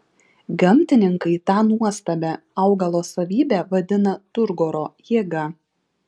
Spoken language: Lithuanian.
gamtininkai tą nuostabią augalo savybę vadina turgoro jėga